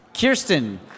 Kirsten